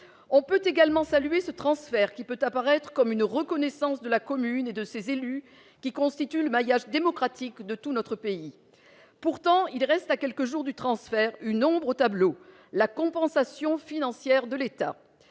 on peut également saluer ce transfert qui peut apparaître comme une reconnaissance de la commune et de ses élus qui constituent le maillage démocratique de tout notre pays, pourtant, il reste à quelques jours du transfert une ombre au tableau : la compensation financière de l'État,